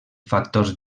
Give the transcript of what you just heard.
factors